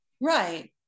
right